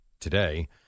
today